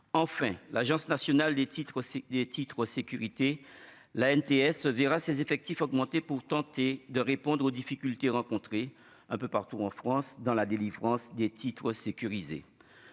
enfin, l'Agence Nationale des Titres aussi des titres sécurité l'ANTS verra ses effectifs augmenter pour tenter de répondre aux difficultés rencontrées un peu partout en France dans la délivrance des titres sécurisés,